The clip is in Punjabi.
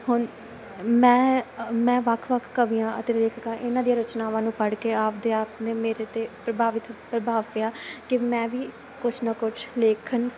ਹੁਣ ਮੈਂ ਮੈਂ ਵੱਖ ਵੱਖ ਕਵੀਆਂ ਅਤੇ ਲੇਖਕਾਂ ਇਹਨਾਂ ਦੀਆਂ ਰਚਨਾਵਾਂ ਨੂੰ ਪੜ੍ਹ ਕੇ ਆਪਣੇ ਆਪ ਮੇਰੇ 'ਤੇ ਪ੍ਰਭਾਵਿਤ ਪ੍ਰਭਾਵ ਪਿਆ ਕਿ ਮੈਂ ਵੀ ਕੁਛ ਨਾ ਕੁਛ ਲੇਖਣ